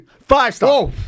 Five-star